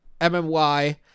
MMY